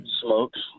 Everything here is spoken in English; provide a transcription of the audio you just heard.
smokes